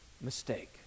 mistake